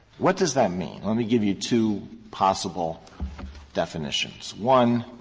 what does that mean? let me give you two possible definitions one,